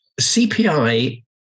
CPI